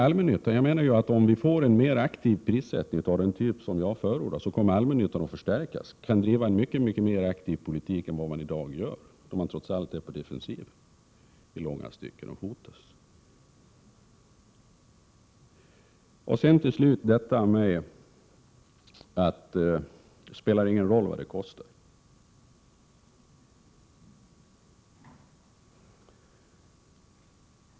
Om vi inför en mer aktiv prissättning av den typ som jag har förordat, menar jag att allmännyttan kommer att förstärkas, vilket leder till att man kan föra en mycket mer aktiv politik än som förs i dag, då man trots allt är på defensiven och i långa stycken även går emot våra intressen. Enligt bostadsministern spelar det ingen roll vad det kostar.